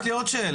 יש לי עוד שאלה,